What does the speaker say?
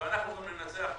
ואנחנו גם ננצח בה.